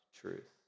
truth